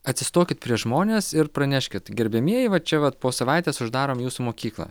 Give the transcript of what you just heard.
atsistokit prieš žmones ir praneškit gerbiamieji va čia vat po savaitės uždarom jūsų mokyklą